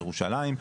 ירושלים,